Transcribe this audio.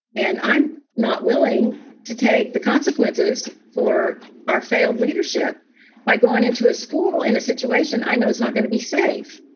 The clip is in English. and i'm not willing to take the consequences for our failed leadership by going into a school in a situation i know is not going to be safe